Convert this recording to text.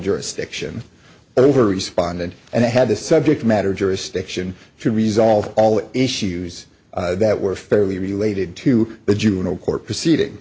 jurisdiction over responded and had the subject matter jurisdiction should resolve all issues that were fairly related to the juvenile court proceeding